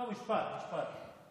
משפט, משפט.